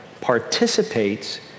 participates